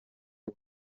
una